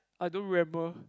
I don't remember